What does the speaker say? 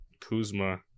kuzma